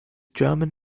german